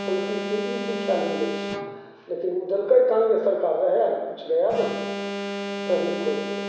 संस्कृति ई सिखाएल गेल अछि लेकिन ओ देलकै काँग्रेस सरकार रहैले किछु रहै देलकै कहीँ कोइ